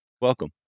Welcome